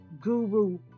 guru